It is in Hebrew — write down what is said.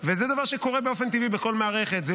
וזה דבר שקורה באופן טבעי בכל מערכת,